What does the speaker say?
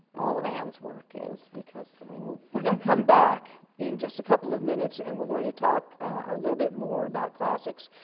all of anne's work is, because i mean well, we're going to come back in just a couple of minutes and we're going to talk a little bit more about classics.